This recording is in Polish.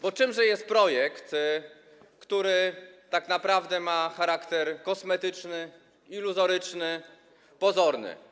Bo czymże jest ten projekt, który tak naprawdę ma charakter kosmetyczny, iluzoryczny, pozorny?